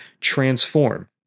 transform